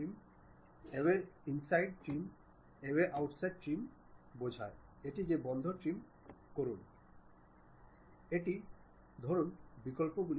আমি এমন কিছু বিভাগ পেতে চাই যা অনুভূমিক টুকরোটির মতো সেই বস্তুর মধ্য দিয়ে যাচ্ছিল উপরের অংশ যা সরিয়ে দেওয়া হয়েছে